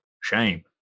shame